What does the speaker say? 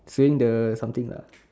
sewing the something lah